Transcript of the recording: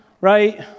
right